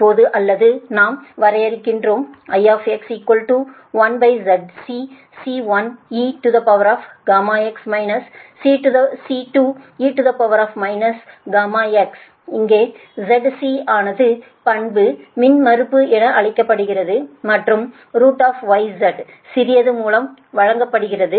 இப்போது அல்லது நாம் வரையறுகிறோம் I 1ZCC1eγx C2e γx அங்கு ZC ஆனது பண்பு மின்மறுப்பு என அறியப்படுகிறது மற்றும் இது yz சிறியது மூலம் வழங்கப்படுகிறது